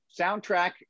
soundtrack